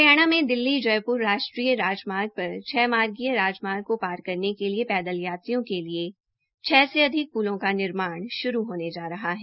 हरियाणा में दिल्ली जयपुर राष्ट्रीय राजमार्ग पर छः मार्गीय राजमार्ग को पार करने के लिए पैदल यात्रियों के लिए छ से अधिक पुलों का निर्माण शरू होने जा रहा है